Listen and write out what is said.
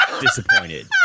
disappointed